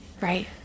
Right